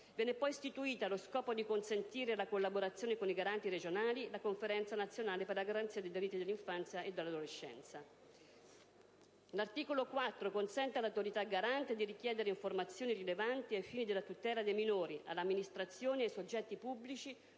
Viene poi istituita, allo scopo di consentire la collaborazione con i garanti regionali, la Conferenza nazionale per la garanzia dei diritti dell'infanzia e dell'adolescenza. L'articolo 4 consente all'Autorità garante di richiedere informazioni rilevanti ai fini della tutela dei minori, alle amministrazioni e ai soggetti pubblici